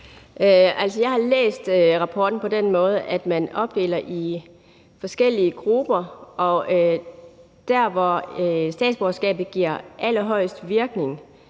Jeg har læst rapporten på den måde, at man opdeler i forskellige grupper, og at det der, hvor statsborgerskabet giver den allerhøjste virkning